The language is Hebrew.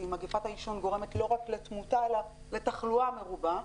כי מגפת העישון גורמת לא רק לתמותה אלא גם לתחלואה מרובה.